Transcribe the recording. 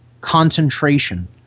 concentration